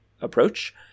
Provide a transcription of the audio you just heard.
approach